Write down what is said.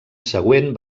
següent